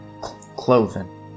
Cloven